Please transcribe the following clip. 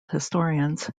historians